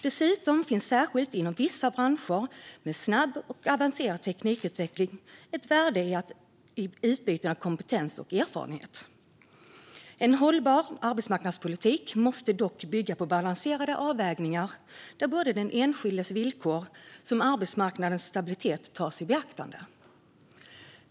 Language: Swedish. Dessutom finns det, särskilt inom vissa branscher med snabb och avancerad teknikutveckling, ett värde i att utbyta kompetens och erfarenhet. En hållbar arbetsmarknadspolitik måste dock bygga på balanserade avvägningar där både den enskildes villkor och arbetsmarknadens stabilitet tas i beaktande.